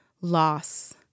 loss